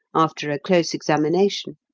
after a close examination,